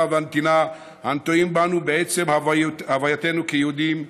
והנתינה הנטועים בנו בעצם הווייתנו כיהודים,